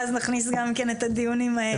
ואז נכניס גם את הדיונים האלה.